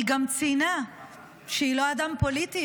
היא גם ציינה שהיא לא אדם פוליטי,